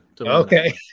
Okay